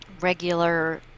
regular